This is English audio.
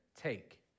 Take